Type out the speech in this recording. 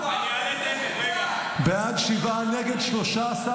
נגד, שלושה.